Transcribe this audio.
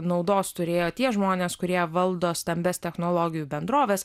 naudos turėjo tie žmonės kurie valdo stambias technologijų bendroves